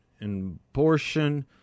Abortion